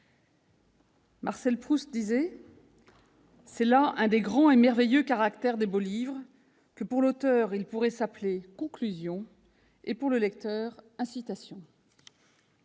les sénateurs, « c'est là un des grands et merveilleux caractères des beaux livres que pour l'auteur ils pourraient s'appeler " Conclusions " et pour le lecteur " Incitations